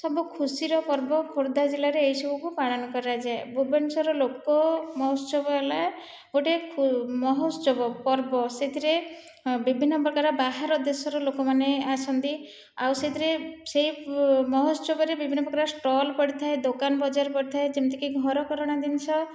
ସବୁ ଖୁସିର ପର୍ବ ଖୋର୍ଦ୍ଧା ଜିଲ୍ଲାରେ ଏହି ସବୁକୁ ପାଳନ କରାଯାଏ ଭୁବନେଶ୍ୱରର ଲୋକ ମହୋତ୍ସବ ହେଲା ଗୋଟିଏ ମହୋତ୍ସବ ପର୍ବ ସେଥିରେ ବିଭିନ୍ନ ପ୍ରକାର ବାହାର ଦେଶର ଲୋକମାନେ ଆସନ୍ତି ଆଉ ସେଥିରେ ସେହି ମହୋତ୍ସବରେ ବିଭିନ୍ନ ପ୍ରକାର ଷ୍ଟଲ୍ ପଡ଼ିଥାଏ ଦୋକାନ ବଜାର ପଡ଼ିଥାଏ ଯେମିତିକି ଘରକରଣା ଜିନିଷ